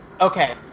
Okay